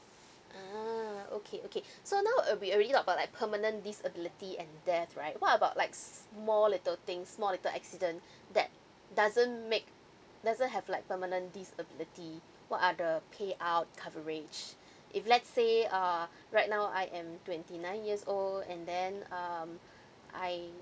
uh okay okay so now uh we already talk about like permanent disability and death right what about like small little things small little accident that doesn't make doesn't have like permanent disability what are the payout coverage if let say uh right now I am twenty nine years old and then um I